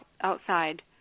outside